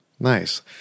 Nice